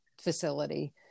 facility